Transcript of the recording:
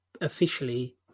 officially